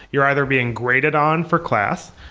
you're either being graded on for class,